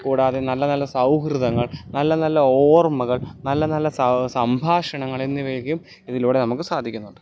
കൂടാതെ നല്ല നല്ല സൗഹൃദങ്ങൾ നല്ല നല്ല ഓർമ്മകൾ നല്ല നല്ല സംഭാഷണങ്ങൾ എന്നിവയ്ക്കും ഇതിലൂടെ നമുക്ക് സാധിക്കുന്നുണ്ട്